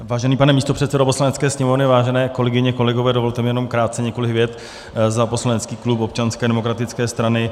Vážený pane místopředsedo Poslanecké sněmovny, vážené kolegyně, kolegové, dovolte mi jenom krátce několik vět za poslanecký klub Občanské demokratické strany.